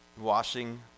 washing